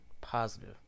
positive